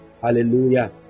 Hallelujah